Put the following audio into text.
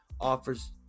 offers